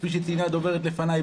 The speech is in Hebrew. כפי שציינה הדוברת לפניי,